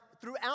throughout